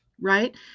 right